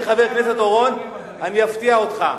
אני, חבר הכנסת אורון, אני אפתיע אותך.